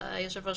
היושב-ראש,